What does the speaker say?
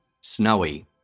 Snowy